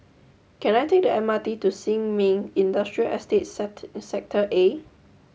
can I take the M R T to Sin Ming Industrial Estate Sector Estate Sector A